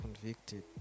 convicted